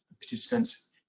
participants